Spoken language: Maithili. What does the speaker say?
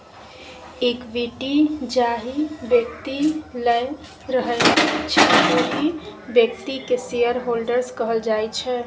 इक्विटी जाहि बेकती लग रहय छै ओहि बेकती केँ शेयरहोल्डर्स कहल जाइ छै